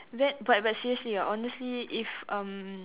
that but but seriously ah honestly if um